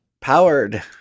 Powered